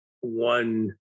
one